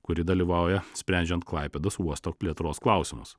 kuri dalyvauja sprendžiant klaipėdos uosto ir plėtros klausimus